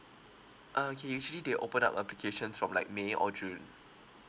okay actually they open up applications from like may or june